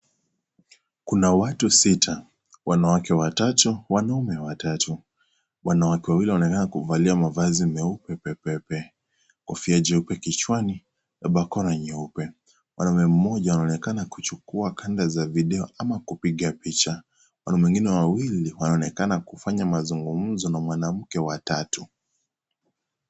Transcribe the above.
Kuna watu sita, wanawake watatu, wanaume watatu, wanawake wawili wanaonekana kuvalia mavazi meupe pepepe, kofia jeupe kichwani, barakoa nyeupe, mwanaume mmoja anaonekana kuchukua kanda za video au kupiga picha, wanaume wengine wawili wanaonekana kufanya mazungumzo na mwanamke wa tatu.